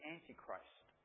Antichrist